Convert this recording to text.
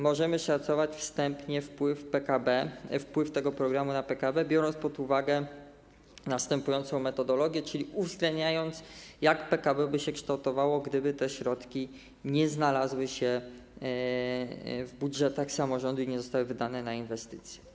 Możemy szacować wstępnie wpływ tego programu na PKB, biorąc pod uwagę następującą metodologię, czyli uwzględniając, jak PKB by się kształtowało, gdyby te środki nie znalazły się w budżetach samorządów i nie zostały wydane na inwestycje.